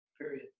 period